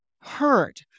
hurt